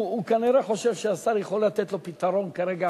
הוא כנראה חושב שהשר יכול לתת לו פתרון כרגע,